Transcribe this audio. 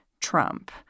Trump